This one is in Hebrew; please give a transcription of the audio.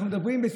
אנחנו מדברים,